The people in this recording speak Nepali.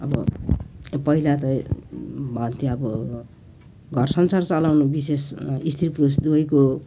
अब पहिला त भन्थे अब घर संसार चलाउनु विशेष स्त्री पुरुष दुवैको